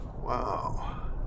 Wow